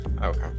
Okay